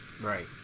Right